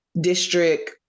district